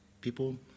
people